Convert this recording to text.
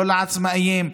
לא לעצמאים,